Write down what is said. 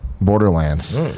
Borderlands